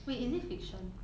wait is it fiction